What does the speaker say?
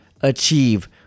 achieve